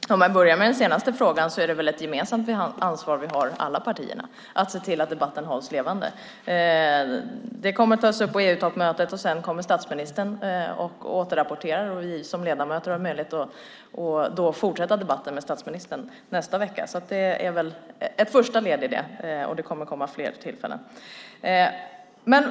Fru talman! Om jag börjar med den sista frågan har vi väl ett gemensamt ansvar i alla partier att se till att debatten hålls levande. Det kommer att tas upp på EU-toppmötet, och sedan kommer statsministern att återrapportera. Vi ledamöter har möjlighet att fortsätta debatten med statsministern nästa vecka. Det är ett första led, och det kommer fler tillfällen.